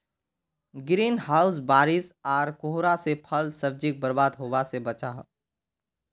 green house बारिश आर कोहरा से फल सब्जिक बर्बाद होवा से बचाहा